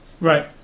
Right